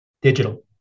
Digital